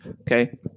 okay